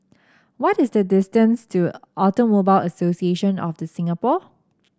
what is the distance to Automobile Association of The Singapore